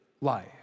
life